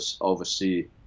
oversee